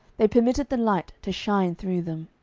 they permitted the light to shine through them.